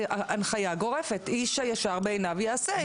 הנחיה גורפת - איש היישר בעיניו יעשה.